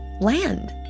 land